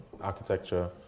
architecture